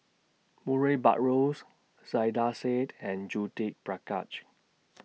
Murray Buttrose Saiedah Said and Judith Prakash